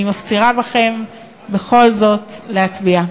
אני מפצירה בכם בכל זאת להצביע.